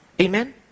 Amen